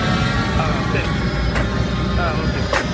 ஆ சரிங்க சார் ஆ okay sir